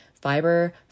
Fiber